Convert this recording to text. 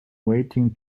waiting